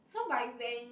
so by when